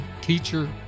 teacher